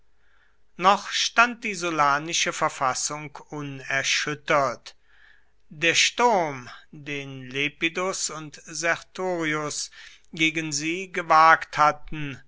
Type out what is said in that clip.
noch stand die sullanische verfassung unerschüttert der sturm den lepidus und sertorius gegen sie gewagt hatten